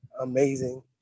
amazing